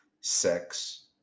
sex